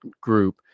group